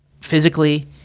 physically